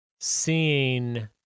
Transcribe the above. seeing